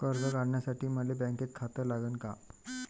कर्ज काढासाठी मले बँकेत खातं लागन का?